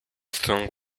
song